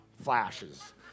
flashes